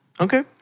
Okay